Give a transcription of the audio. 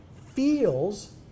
feels